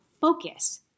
focus